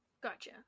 Gotcha